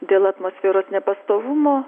dėl atmosferos nepastovumo